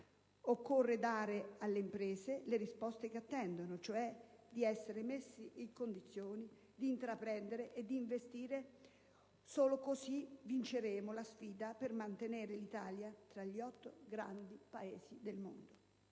Occorre dare alle imprese le risposte che attendono, nel senso cioè di essere messe in condizione di intraprendere e di investire: solo così vinceremo la sfida per mantenere l'Italia tra gli otto grandi Paesi del mondo,